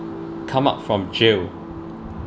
come out from jail